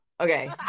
okay